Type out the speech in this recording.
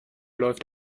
läuft